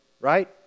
right